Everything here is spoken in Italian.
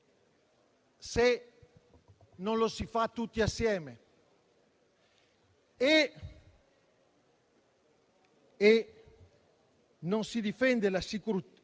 se non lo si fa tutti assieme, e che non si difende la sicurezza,